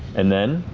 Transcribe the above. and then?